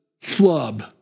flub